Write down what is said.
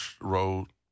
Road